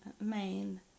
main